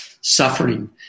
suffering